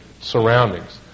surroundings